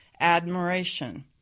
admiration